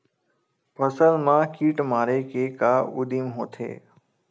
फसल मा कीट मारे के का उदिम होथे?